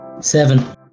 Seven